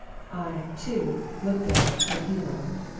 i, too, looked at it when he looked.